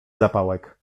zapałek